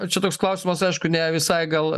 čia toks klausimas aišku ne visai gal